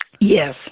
Yes